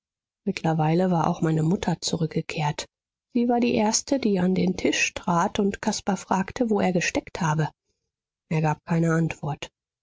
mittlerweile war auch meine mutter zurückgekehrt sie war die erste die an den tisch trat und caspar fragte wo er gesteckt habe er gab keine antwort